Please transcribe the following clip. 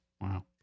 Wow